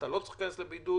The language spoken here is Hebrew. אתה לא צריך להיכנס לבידוד